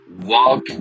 walk